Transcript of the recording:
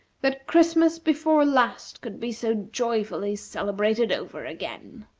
that christmas before last could be so joyfully celebrated over again.